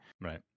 Right